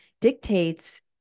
dictates